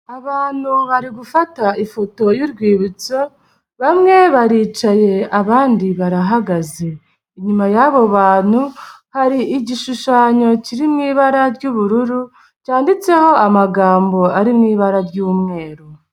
Abantu bari gufata ifoto y'urwibutso bamwe baricaye abandi barahagaze, inyuma y'abo bantu hari igishushanyo kiri mu ibara ry'ubururu cyanditseho amagambo ari mu ibara ry'umweru.